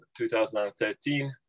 2013